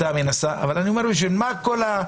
אבל אני אומר, בשביל מה כל זה?